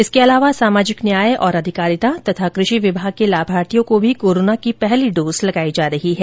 इसके अलावा सामाजिक न्याय और आधिकारिता तथा कृषि विभाग के लाभार्थियों को भी कोरोना की पहली डोज लगायी जा रही है